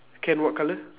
can what colour